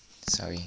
sorry